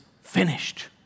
finished